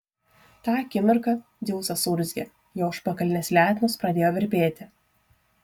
tą akimirką dzeusas suurzgė jo užpakalinės letenos pradėjo virpėti